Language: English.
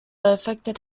affected